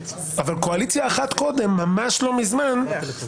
לא, לא.